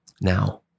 Now